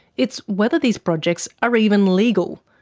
it's whether these projects are even legal.